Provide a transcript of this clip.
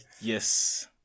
yes